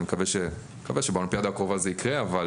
אני מקווה שבאולימפיאדה הקרובה זה יקרה, אבל